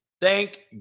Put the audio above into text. Thank